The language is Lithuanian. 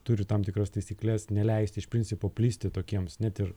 turi tam tikras taisykles neleisti iš principo plisti tokiems net ir